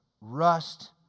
rust